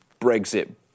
Brexit